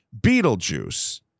Beetlejuice-